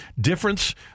difference